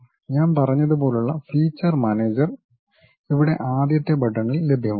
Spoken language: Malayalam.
ഞാൻ പറഞ്ഞതുപോലുള്ള ഫീച്ചർ മാനേജർ ഇവിടെ ആദ്യത്തെ ബട്ടണിൽ ലഭ്യമാകും